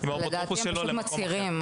לדעתי, הם מצהירים.